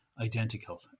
identical